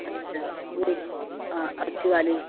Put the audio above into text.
اچھا وہ اچھی والی